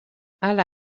hala